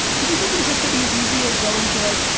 did you think it was just gonna be as easy as going to like,